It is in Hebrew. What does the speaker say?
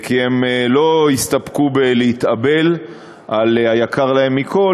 כי הם לא הסתפקו בלהתאבל על היקר להם מכול,